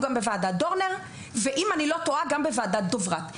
בוועדת דורנר ואם אני לא טועה גם בוועדת דוברת.